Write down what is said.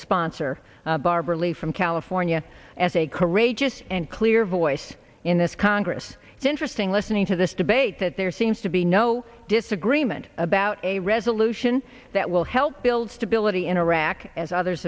sponsor barbara lee from california as a courageous and clear voice in this congress it's interesting listening to this debate that there seems to be no disagreement about a resolution that will help build stability in iraq as others